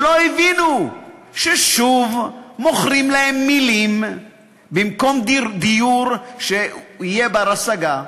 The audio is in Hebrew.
ולא הבינו ששוב מוכרים להם מילים במקום דיור שיהיה בר-השגה,